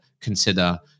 consider